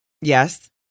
Yes